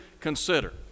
consider